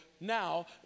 now